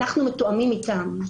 אנחנו מתואמים איתם.